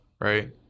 right